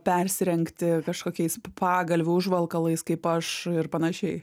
persirengti kažkokiais pagalvių užvalkalais kaip aš ir panašiai